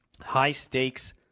High-stakes